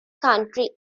country